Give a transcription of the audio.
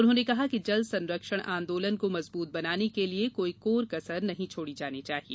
उन्होंने कहा कि जल संरक्षण आंदोलन को मजबूत बनाने के लिए कोई कोर कसर नहीं छोड़ी जानी चाहिए